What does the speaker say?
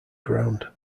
ground